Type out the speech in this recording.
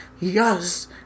yes